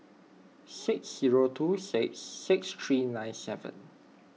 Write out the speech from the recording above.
six zero two six six three nine seven